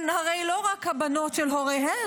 הרי הן לא רק הבנות של הוריהן,